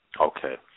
Okay